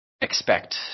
expect